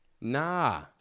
Nah